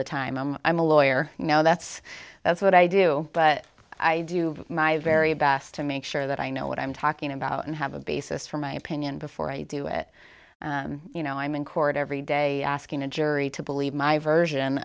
the time i'm i'm a lawyer you know that's that's what i do but i do my very best to make sure that i know what i'm talking about and have a basis for my opinion before i do it you know i'm in court every day asking a jury to believe my version